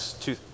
two